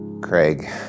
Craig